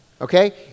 Okay